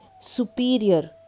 superior